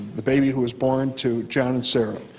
the baby who was born to john and sara.